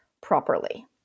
properly